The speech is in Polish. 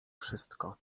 wszystko